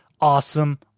awesome